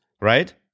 right